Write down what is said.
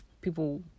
people